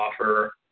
offer